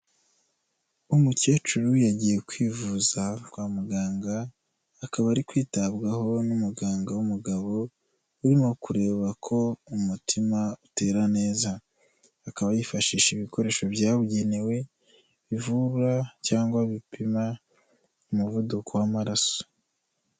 Umukecuru yagiye kwivuza kwa muganga akaba ari kwitabwaho n'umuganga w'umugabo urimo kureba ko umutima utera neza, akaba yifashisha ibikoresho byabugenewe bivubura cyangwa bipima umuvuduko w'amaraso.